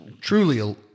truly